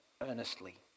earnestly